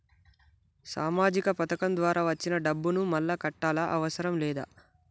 సామాజిక పథకం ద్వారా వచ్చిన డబ్బును మళ్ళా కట్టాలా అవసరం లేదా?